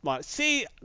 See